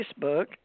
Facebook